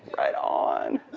right on.